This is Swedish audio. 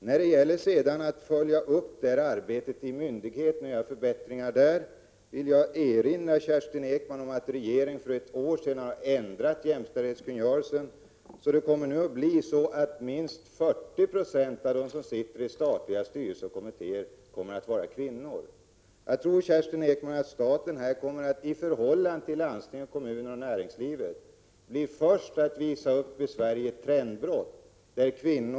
När det gäller att följa upp arbetet hos myndigheterna och göra förbättringar där vill jag erinra Kerstin Ekman om att regeringen för cirka ett år sedan ändrade jämställdhetskungörelsen. Innebörden är att minst 40 90 av dem som sitter i statliga styrelser och kommittéer kommer att vara kvinnor. Jag tror, Kerstin Ekman, att staten i förhållande till landstingen, kommunerna och näringslivet kommer att bli först att visa upp ett trendbrott i Sverige.